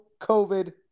COVID